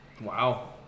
Wow